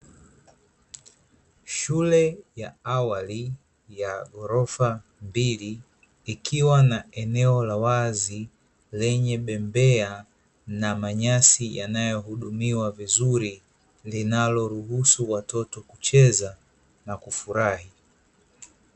Shule ya awali ya ghorofa mbili, ikiwa na eneo la wazi lenye bembea na manyasi yanayohudumiwa vizuri, linaloruhusu watoto kucheza na kufurahi.